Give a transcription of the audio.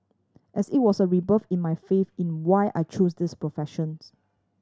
as it was a rebirth in my faith in why I choose this professions